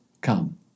come